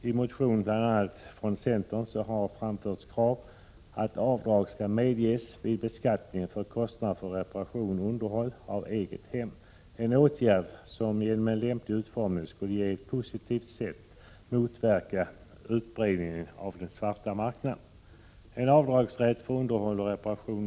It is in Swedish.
I motioner, bl.a. från centern, har det framförts krav på att avdrag vid beskattningen skall medges för kostnader för reparation och underhåll av eget hem. Det är en åtgärd som genom en lämplig utformning på ett positivt sätt skulle motverka utbredning en av den svarta marknaden. En rätt till avdrag för underhåll och reparation — Prot.